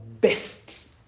best